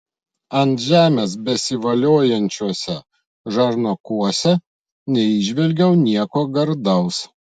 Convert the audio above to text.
ant žemės besivoliojančiuose žarnokuose neįžvelgiau nieko gardaus